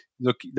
look